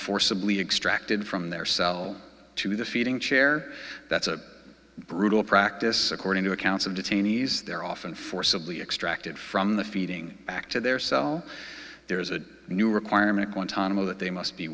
forcibly extracted from their cell to the feeding chair that's a brutal practice according to accounts of detainees they're often forcibly extracted from the feeding back to their cell there is a new requirement guantanamo that they must be